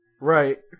Right